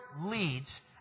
leads